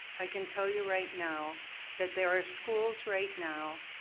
i can tell you right now that there are schools right now,